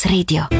Radio